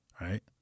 right